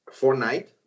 Fortnite